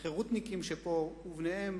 החרותניקים שפה ובניהם